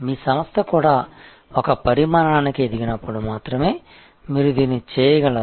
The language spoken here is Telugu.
మీ సంస్థ కూడా ఒక పరిమాణానికి ఎదిగినప్పుడు మాత్రమే మీరు దీన్ని చేయగలరు